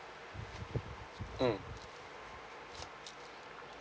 mm